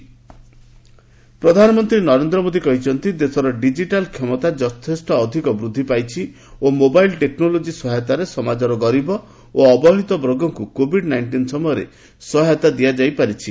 PM ପ୍ରଧାନମନ୍ତ୍ରୀ ନରେନ୍ଦ୍ର ମୋଦୀ କହିଛନ୍ତି ଦେଶର ଡିଜିଟାଲ୍ କ୍ଷମତା ଯଥେଷ୍ଟ ଅଧିକ ବୃଦ୍ଧି ପାଇଛି ଓ ମୋବାଇଲ୍ ଟେକ୍ନୋଲୋଜି ସହାୟତାରେ ସମାଜର ଗରିବ ଓ ଅବହେଳିତ ବର୍ଗଙ୍କୁ କୋବିଡ୍ ନାଇଷ୍ଟିନ୍ ସମୟରେ ସହାୟତା ଦିଆଯାଇ ପାରିଛି